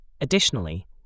Additionally